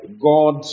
God